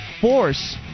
force